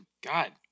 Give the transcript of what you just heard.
God